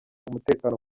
umutekano